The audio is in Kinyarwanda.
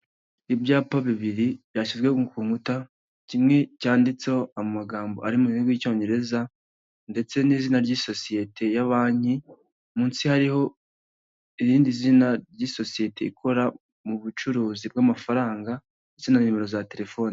Ibyapa bibiri byashyizwe ku nkuta, kimwe cyanditseho amagambo ari mu rurimi rw'icyongereza ndetse n'izina ry'isosiyete ya banki, munsi hariho irindi zina ry'isosiyete ikora mu bucuruzi bw'amafaranga ndetse na nomero za terefoni.